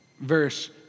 Verse